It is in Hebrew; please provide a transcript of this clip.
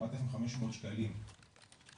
4,500 שקלים,